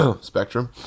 spectrum